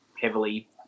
heavily